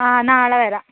ആ നാളെ വരാം